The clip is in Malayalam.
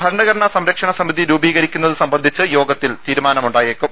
ഭരണഘടന സംരക്ഷണ സമിതി രൂപീകരിക്കുന്നത് സംബന്ധിച്ച് യോഗത്തിൽ തീരുമാന മുണ്ടായേക്കും